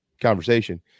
conversation